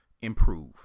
improve